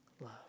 love